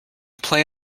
play